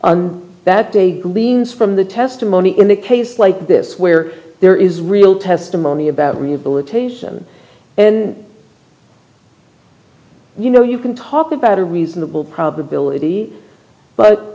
on that day leans from the testimony in the case like this where there is real testimony about rehabilitation and you know you can talk about a reasonable probability but